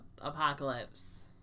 Apocalypse